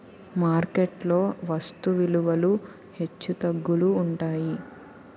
market లో వస్తు విలువలు హెచ్చుతగ్గులు ఉంటాయి